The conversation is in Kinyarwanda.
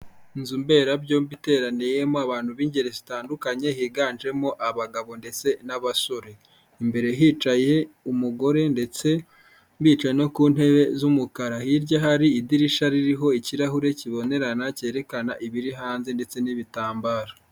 Inzu mberabyombi iteraniyemo abantu b'ingeri zitandukanye, higanjemo abagabo ndetse n'abasore, imbere hicaye umugore ndetse bicaye no ku ntebe z'umukara, hirya hari idirishya ririho ikirahure kibonerana cyerekana ibiri hanze ndetse n'ibitambaro.